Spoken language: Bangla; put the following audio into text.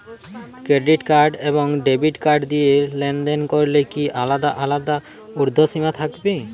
ক্রেডিট কার্ড এবং ডেবিট কার্ড দিয়ে লেনদেন করলে কি আলাদা আলাদা ঊর্ধ্বসীমা থাকবে?